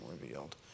revealed